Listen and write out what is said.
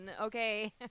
okay